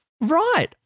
Right